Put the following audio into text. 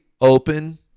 open